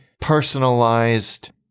personalized